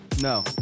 No